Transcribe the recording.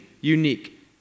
unique